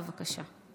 בבקשה.